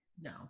no